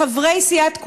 לחברי סיעת כולנו,